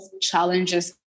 challenges